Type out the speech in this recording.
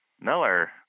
miller